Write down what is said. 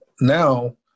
now